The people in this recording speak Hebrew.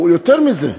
יותר מזה,